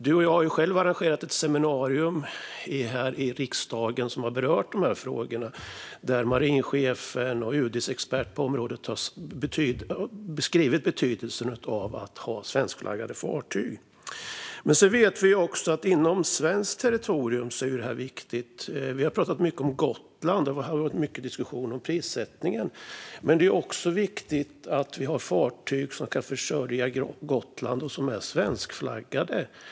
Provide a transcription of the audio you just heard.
Ledamoten och jag arrangerade ett seminarium här i riksdagen som berörde dessa frågor där marinchefen och UD:s expert på området beskrev betydelsen av att ha svenskflaggade fartyg. Men vi vet också att detta är viktigt inom svenskt territorium. Vi har pratat mycket om Gotland, och det har varit mycket diskussioner om prissättningen. Men det är också oerhört viktigt att vi har fartyg som kan försörja Gotland som är svenskflaggade.